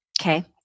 Okay